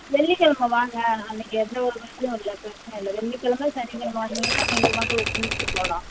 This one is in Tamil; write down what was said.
வெள்ளிக்கிழமை வாங்க அன்றைக்கி எந்த ஒரு இதுவும் இல்லை பிரச்சனை இல்லை வெள்ளிக்கிழமை சனிக்கிழமை வந்தீங்கனால் நீங்கள் பாட்டுக்கு கும்பிட்டுட்டு போகலாம்